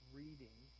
reading